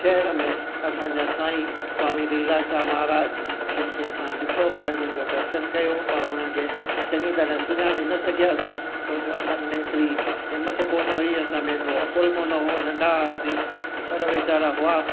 शहर में असांजा साईं स्वामी लीलाशाह महाराज जिनखे असां ॾिठो बि आहे उन्हनि जो दर्शन कयो पर हुननि खे चङी तरह सुञाणे न सघियासीं छो जो असां में हेतिरी हिमथ कोन हुई असां में एतिरो अक़ुलु कोन हो नंढा हुआसीं पर वेचारा हुआ